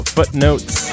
Footnotes